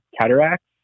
cataracts